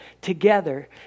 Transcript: together